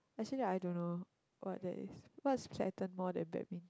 actually I don't know what that is what's pattern more than badminton